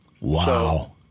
Wow